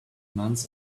months